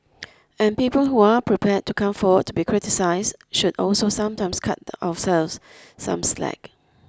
and people who are prepared to come forward to be criticised should also sometimes cut ourselves some slack